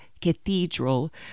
cathedral